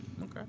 okay